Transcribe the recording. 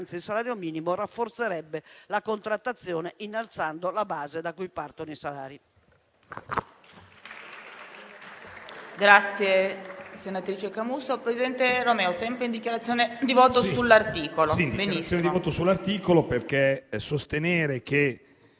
anzi, il salario minimo rafforzerebbe la contrattazione, innalzando la base da cui partono i salari.